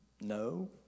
no